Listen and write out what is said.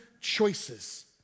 choices